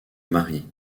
marie